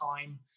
time